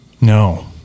No